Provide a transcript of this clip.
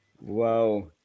Wow